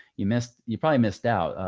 you missed, you probably missed out.